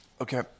Okay